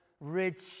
rich